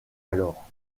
alors